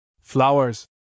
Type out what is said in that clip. Flowers